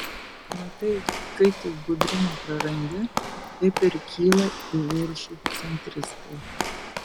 matai kai tik budrumą prarandi taip ir kyla į viršų centristai